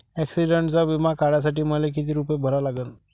ॲक्सिडंटचा बिमा काढा साठी मले किती रूपे भरा लागन?